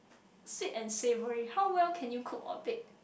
sweet and savoury how well can you cook or bake